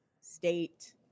state